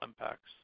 impacts